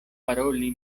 paroli